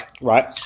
Right